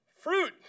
fruit